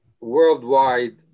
worldwide